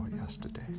yesterday